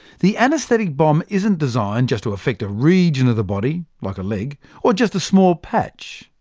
the anaesthetic bomb isn't designed just to affect a region of the body like ah like or just a small patch.